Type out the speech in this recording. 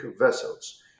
vessels